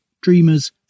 dreamers